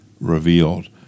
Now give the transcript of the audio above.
revealed